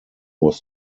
was